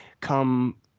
come